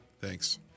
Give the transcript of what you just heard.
Thanks